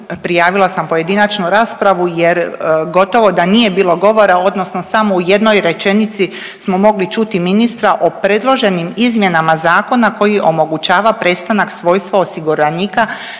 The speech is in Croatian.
prijavila sam pojedinačnu raspravu jer gotovo da nije bilo govora, odnosno samo u jednoj rečenici smo mogli čuti ministra o predloženim izmjenama zakona koji omogućava prestanak svojstva osiguranika